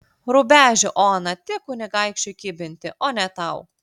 rubežių oną tik kunigaikščiui kibinti o ne tau